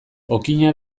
okina